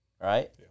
right